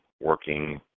working